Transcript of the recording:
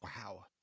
Wow